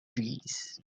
trees